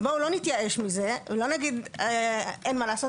בואו לא נתייאש מזה ובואו לא נגיד שאין מה לעשות.